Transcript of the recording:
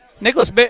Nicholas